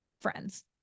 friends